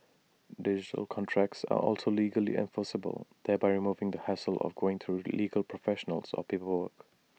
digital contracts are also legally enforceable thereby removing the hassle of going through legal professionals or paperwork